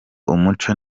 umuco